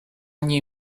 nie